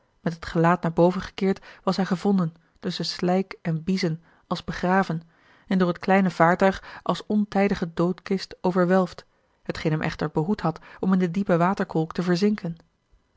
met het gelaat naar boven gekeerd was hij gevonden tusschen slijk en biezen als begraven en door het kleine vaartuig als ontijdige doodkist overwelfd hetgeen hem echter behoed had om in de diepe waterkolk te verzinken